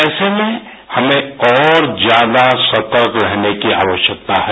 ऐसे में हमें और ज्यादा सतर्क रहने की आवश्यकता है